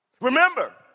remember